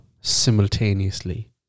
simultaneously